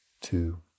two